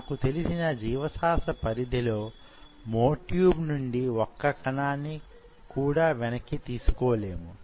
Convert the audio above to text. నాకు తెలిసిన జీవశాస్త్ర పరిధిలో మ్యో ట్యూబ్ నుండి ఒక్క కణాన్ని కూడా వెనక్కి తీసుకోలేము